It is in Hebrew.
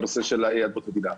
בנושא של אדמות מדינה.